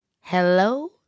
Hello